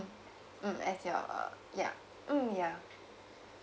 mm as your uh ya mm ya